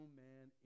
man